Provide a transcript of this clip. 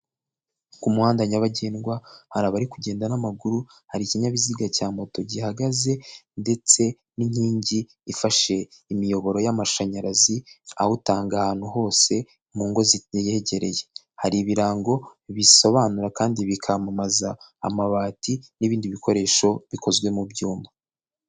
Ku muhanda nyabagendwa hari abari kugenda n'amaguru, hari ikinyabiziga cya moto gihagaze ndetse n'inkingi ifashe imiyoboro y'amashanyarazi awutanga ahantu hose mu ngo ziyegereye, hari ibirango bisobanura kandi bikamamaza amabati n'ibindi bikoresho bikozwe mu byuma.